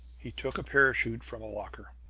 he took a parachute from a locker.